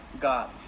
God